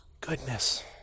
goodness